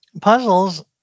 puzzles